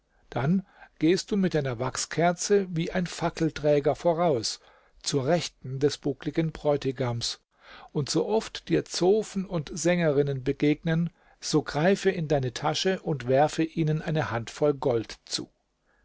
dann gehst du mit deiner wachskerze wie ein fackelträger voraus zur rechten des buckligen bräutigams und so oft dir zofen und sängerinnen begegnen so greife in deine tasche und werfe ihnen eine hand voll gold zu